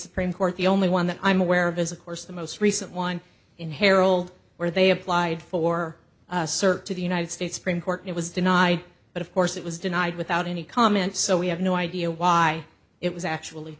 supreme court the only one that i'm aware of is of course the most recent one in herald where they applied for a search of the united states supreme court it was denied but of course it was denied without any comment so we have no idea why it was actually